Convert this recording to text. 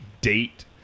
date